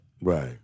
Right